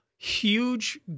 huge